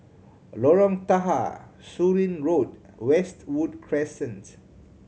Lorong Tahar Surin Road Westwood Crescent